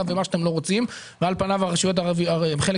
ומה שאתם לא רוצים ועל פניו הרשויות הערביות הן חלק